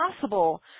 possible